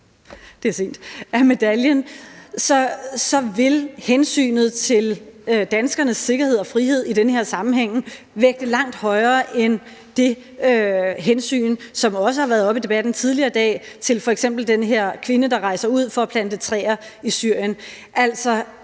en bagside af medaljen, så vil hensynet til danskernes sikkerhed og frihed i den her sammenhæng vægte langt højere end hensynet, som også har været oppe i debatten tidligere i dag, til f.eks. den her kvinde, der rejser ud for at plante træer i Syrien. Altså,